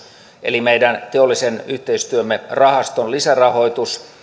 eli meidän teollisen yhteistyön rahastomme lisärahoitus